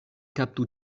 kaptu